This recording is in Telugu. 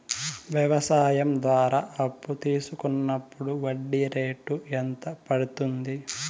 వ్యవసాయం ద్వారా అప్పు తీసుకున్నప్పుడు వడ్డీ రేటు ఎంత పడ్తుంది